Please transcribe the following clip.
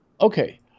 Okay